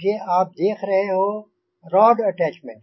ये आप देख रहे हो रॉड अटैच्मेंट